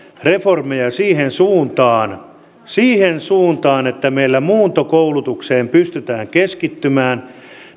reformeja siihen suuntaan siihen suuntaan että meillä muuntokoulutukseen pystytään keskittymään